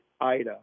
Ida